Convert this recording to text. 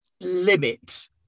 limit